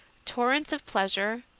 torrents of pleasure,